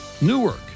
Newark